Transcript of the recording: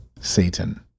Satan